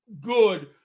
good